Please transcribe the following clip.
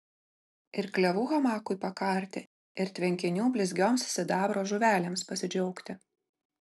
ir klevų hamakui pakarti ir tvenkinių blizgioms sidabro žuvelėms pasidžiaugti